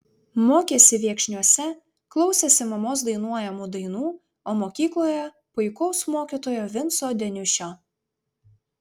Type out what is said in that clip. mokėsi viekšniuose klausėsi mamos dainuojamų dainų o mokykloje puikaus mokytojo vinco deniušio